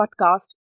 podcast